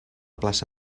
plaça